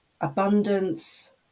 abundance